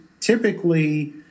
typically